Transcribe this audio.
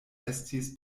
estis